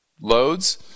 loads